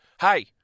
hey